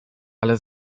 ale